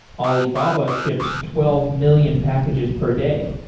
alibaba ships twelve million packages per day,